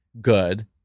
good